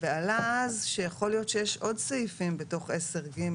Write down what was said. עלה אז שיכול להיות שיש עוד סעיפים בתוך 10(ג)